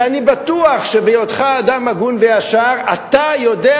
שאני בטוח שבהיותך אדם הגון וישר אתה יודע